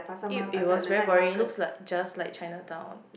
it it was very boring looks like just like Chinatown